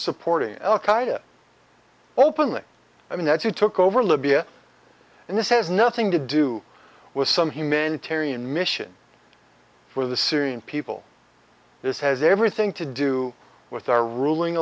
supporting al qaeda openly i mean that's who took over libya and this has nothing to do with some humanitarian mission for the syrian people this has everything to do with our ruling